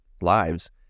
lives